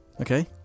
Okay